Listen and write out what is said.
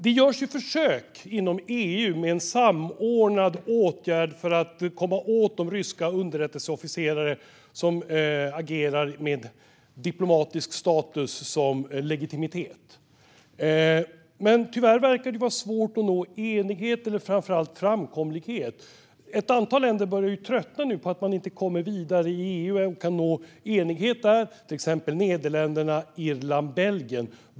Det görs ju försök inom EU med en samordnad åtgärd för att komma åt de ryska underrättelseofficerare som agerar med diplomatisk status som legitimitet. Men tyvärr verkar det vara svårt att nå enighet och framför allt framkomlighet. Ett antal länder börjar nu tröttna på att man inte kommer vidare i EU och inte kan nå enighet där, till exempel Nederländerna, Irland och Belgien.